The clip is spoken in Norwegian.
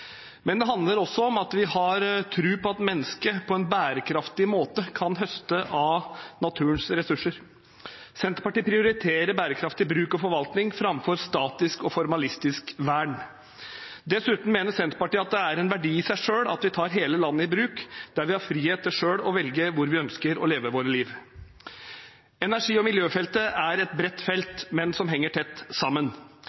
har tro på at mennesket på en bærekraftig måte kan høste av naturens ressurser. Senterpartiet prioriterer bærekraftig bruk og forvaltning framfor statisk og formalistisk vern. Dessuten mener Senterpartiet at det er en verdi i seg selv at vi tar hele landet i bruk, der vi har frihet til selv å velge hvor vi ønsker å leve våre liv. Energi- og miljøfeltet er et bredt